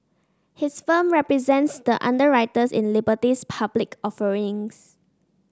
his firm represents the underwriters in Liberty's public offerings